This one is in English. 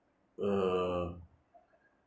uh